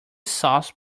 sauce